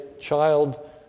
child